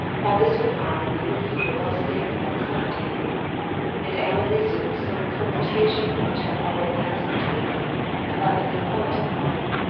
while this went on, you and he were both standing by the supper-table and allan resumed some conversation which had already passed between you about the neapolitan wine.